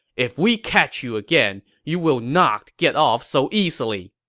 if we catch you again, you will not get off so easily!